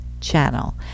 Channel